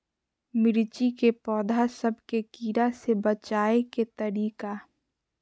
मिर्ची के पौधा सब के कीड़ा से बचाय के तरीका?